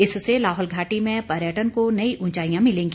इससे लाहौल घाटी में पर्यटन को नई ऊंचाईयां मिलेगी